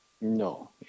No